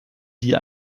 die